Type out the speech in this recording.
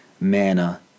manna